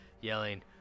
yelling